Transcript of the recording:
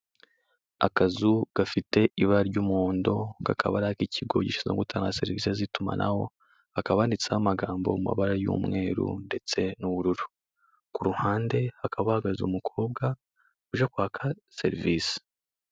Akazu gafite ibara ry'umuhondo, kakaba ari ak'ikigo gishinzwe gutanga serivisi z'itumanaho, hakaba handitseho amagambo mu mabara y'umweru ndetse n'ubururu, ku ruhande hakaba hahagaze umukobwa uje kwaka serivisi.